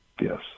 Yes